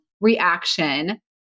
reaction